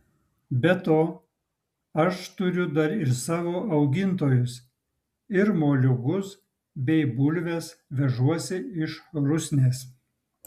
be to aš turiu dar ir savo augintojus ir moliūgus bei bulves vežuosi iš rusnės